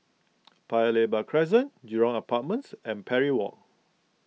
Paya Lebar Crescent Jurong Apartments and Parry Walk